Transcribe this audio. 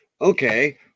Okay